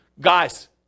guys